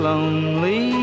Lonely